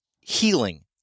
healing